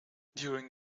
during